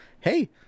Hey